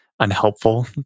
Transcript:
Unhelpful